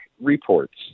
Reports